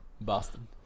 Boston